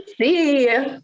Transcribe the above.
see